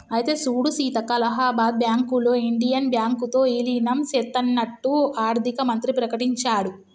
అయితే సూడు సీతక్క అలహాబాద్ బ్యాంకులో ఇండియన్ బ్యాంకు తో ఇలీనం సేత్తన్నట్టు ఆర్థిక మంత్రి ప్రకటించాడు